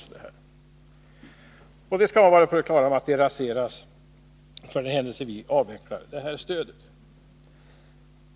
Vi skall vara på det klara med att det förhållandet raseras, för den händelse att vi avvecklar det här stödet.